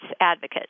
advocate